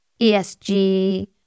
ESG